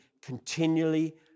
continually